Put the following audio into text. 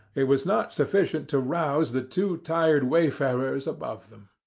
it was not sufficient to rouse the two tired wayfarers above them.